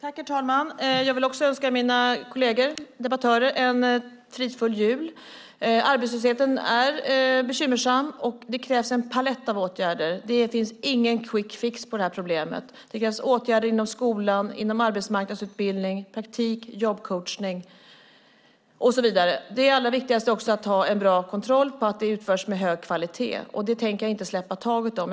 Herr talman! Jag vill också önska mina kolleger och meddebattörer en fridfull jul. Arbetslösheten är bekymmersam, och det krävs en palett av åtgärder. Det finns ingen quick fix på detta problem. Det krävs åtgärder inom skolan, inom arbetsmarknadsutbildning, praktik, jobbcoachning och så vidare. Det allra viktigaste är att ha en bra kontroll på att det utförs med hög kvalitet, och det tänker jag inte släppa taget om.